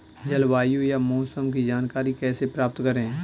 जलवायु या मौसम की जानकारी कैसे प्राप्त करें?